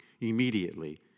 immediately